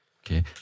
Okay